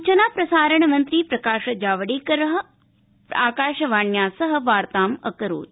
सुचनाप्रसारणमन्त्री प्रकाशजावडेकर आकाशवाण्या सह वार्तामकरोत